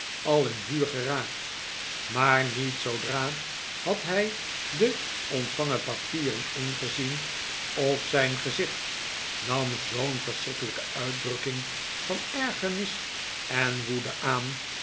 al in vuur geraakt maar niet zoodra had hij de ontvangen papieren ingezien of zijn gezicht nam zoo'n verschrikkelijke uitdrukking van ergernis en woede aan